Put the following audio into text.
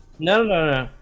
no, no,